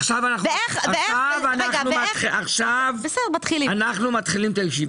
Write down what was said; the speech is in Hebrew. עכשיו אנחנו מתחילים את הישיבה.